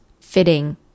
fitting